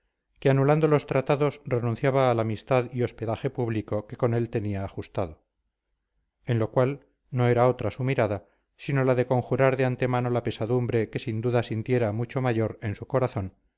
que anulando los tratados renunciaba a la amistad y hospedaje público que con él tenía ajustado en lo cual no era otra su mira sino la de conjurar de antemano la pesadumbre que sin duda sintiera mucho mayor en su corazón